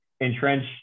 entrench